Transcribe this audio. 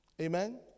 Amen